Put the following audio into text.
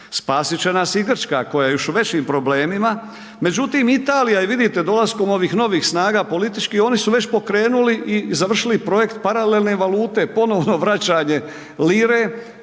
spasit će nas i Grčka koja je još u većim problemima međutim Italija je vidite, dolaskom ovih novih snaga političkih, oni su već pokrenuli i završili projekt paralelne valute, ponovno vraćanje lire